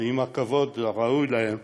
עם הכבוד הראוי להם,